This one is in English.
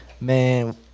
man